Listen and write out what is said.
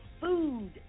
food